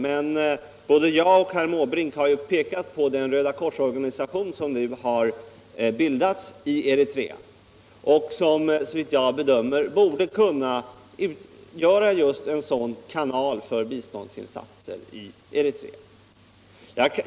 Men både herr Måbrink och jag har pekat på den Rödakorsorganisation som nu har bildats i Eritrea och som såvitt jag kan bedöma borde kunna utgöra just en sådan kanal för biståndsinsatser i Eritrea.